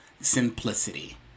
simplicity